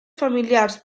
familiars